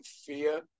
fear